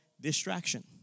distraction